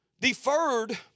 Deferred